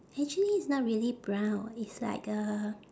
actually it's not really brown it's like a